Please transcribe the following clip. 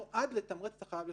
שנועד לתמרץ את החייב לשלם.